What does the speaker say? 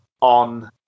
on